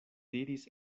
diris